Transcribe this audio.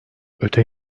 öte